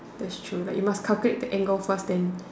that's true like you must calculate the angle first then